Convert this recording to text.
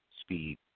speed